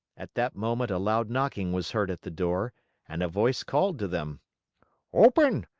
at that moment, a loud knocking was heard at the door and a voice called to them open!